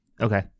Okay